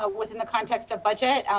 ah within the context of budget,